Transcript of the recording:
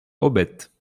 hobette